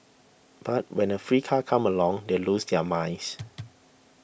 but when a free car comes along they lose their minds